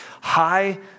high